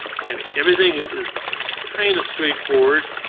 an everything is kind of straightforward.